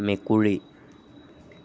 মেকুৰী